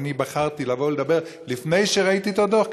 ואני בחרתי לבוא לדבר לפני שראיתי את הדוח,